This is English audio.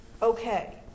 Okay